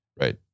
right